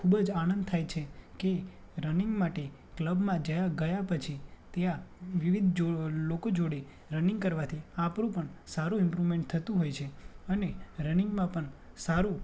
ખૂબ જ આનંદ થાય છે કે રનિંગ માટે ક્લબમાં જયા ગયા પછી ત્યાં વિવિધ જો લોકો જોડે રનિંગ કરવાથી આપણું પણ સારું ઈમ્પ્રુવમેન્ટ થતું હોય છે અને રનિંગમાં પણ સારું